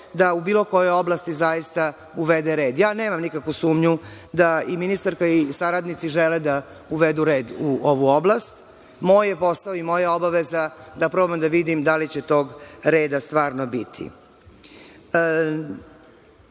da u bilo kojoj oblasti zaista uvede red. Ja nema nikakvu sumnju da i ministarka i saradnici žele da uvedu red u ovu oblast. Moj je posao, moja obaveza da probam da vidim da li će tog reda stvarno biti. Zato